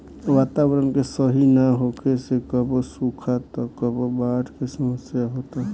वातावरण के सही ना होखे से कबो सुखा त कबो बाढ़ के समस्या होता